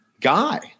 guy